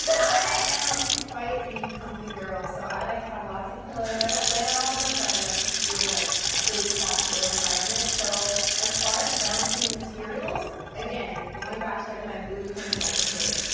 i am quite the comfy girl, so i like to have lots of pillows i don't lay on all of them, but i like to feel like a really soft little environment so as far as balancing the and materials again going back to like my blueprint of like okay,